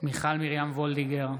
מיכל מרים וולדיגר,